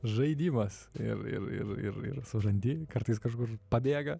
žaidimas ir ir ir ir ir surandi kartais kažkur pabėga